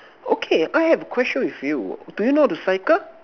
okay I have a question with you do you know how to cycle